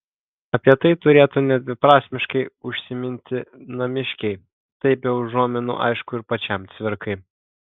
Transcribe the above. apie tai turėtų nedviprasmiškai užsiminti namiškiai tai be užuominų aišku ir pačiam cvirkai